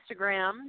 Instagram